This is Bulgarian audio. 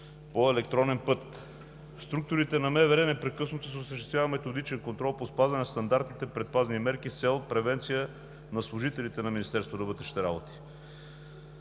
по електронен път. В структурите на Министерството непрекъснато се осъществява методичен контрол по спазване на стандартните предпазни мерки с цел превенция на служителите на Министерството на вътрешните работи.